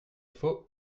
faut